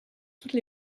toutes